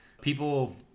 people